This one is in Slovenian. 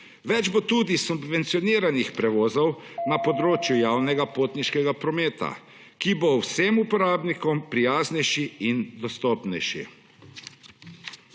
Več bo tudi subvencioniranih prevozov na področju javnega potniškega prometa, ki bo vsem uporabnikom prijaznejši in dostopnejši.